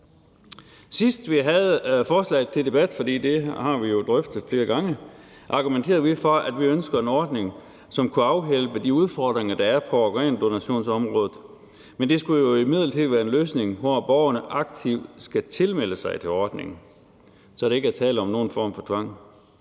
Sidst vi havde forslaget til debat – for det har vi jo drøftet flere gange – argumenterede vi for, at vi ønskede en ordning, som kunne afhjælpe de udfordringer, der er på organdonationsområdet, men det skulle jo imidlertid være en løsning, hvor borgerne aktivt skulle tilmelde sig ordningen, så der ikke var tale om nogen form for tvang.